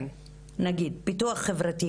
נגיד פיתוח חברתי,